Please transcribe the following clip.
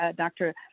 Dr